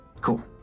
Cool